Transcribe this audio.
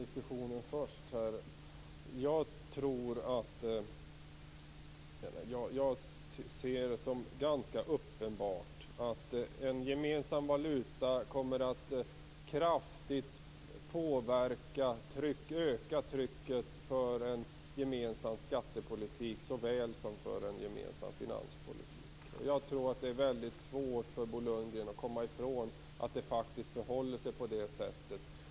Fru talman! Jag börjar med den sista diskussionen. Jag menar att det är ganska uppenbart att en gemensam valuta kraftigt kommer att öka trycket för en gemensam skattepolitik liksom för en gemensam finanspolitik. Jag tror att Bo Lundgren har svårt att komma ifrån att det faktiskt förhåller sig på det sättet.